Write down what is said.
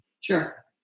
Sure